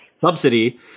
subsidy